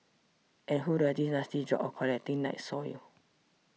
and who does this nasty job of collecting night soil